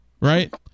right